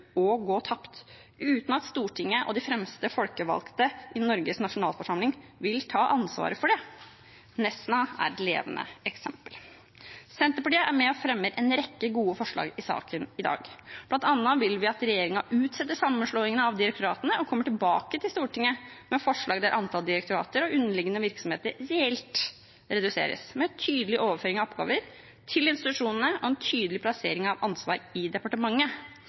gå tapt uten at Stortinget og de fremste folkevalgte i Norges nasjonalforsamling vil ta ansvaret for det. Nesna er et levende eksempel. Senterpartiet er med og fremmer en rekke gode forslag i saken i dag. Blant annet vil vi at regjeringen utsetter sammenslåingen av direktoratene og kommer tilbake til Stortinget med forslag der antall direktorater og underliggende virksomheter reelt reduseres, med tydelig overføring av oppgaver til institusjonene og en tydelig plassering av ansvar i departementet.